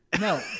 No